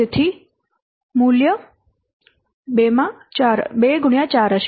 તેથી મૂલ્ય 2 x 4 હશે